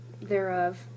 thereof